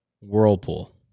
Whirlpool